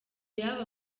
y’aba